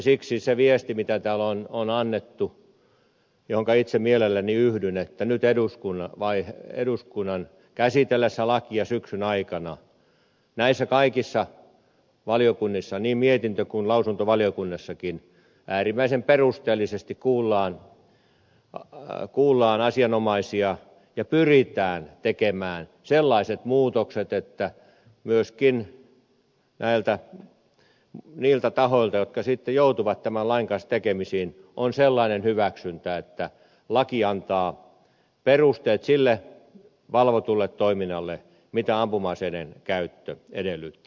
siksi se viesti on tärkeä mikä täällä on annettu ja johonka itse mielelläni yhdyn että nyt eduskunnan käsitellessä lakia syksyn aikana näissä kaikissa valiokunnissa niin mietintö kuin lausuntovaliokunnissakin äärimmäisen perusteellisesti kuullaan asianomaisia ja pyritään tekemään sellaiset muutokset että myöskin niiltä tahoilta jotka sitten joutuvat tämän lain kanssa tekemisiin on sellainen hyväksyntä että laki antaa perusteet sille valvotulle toiminnalle mitä ampuma aseiden käyttö edellyttää